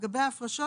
לגבי ההפרשות,